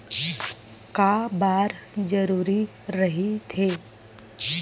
का बार जरूरी रहि थे?